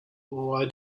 why